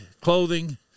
clothing